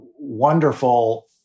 wonderful